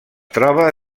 troba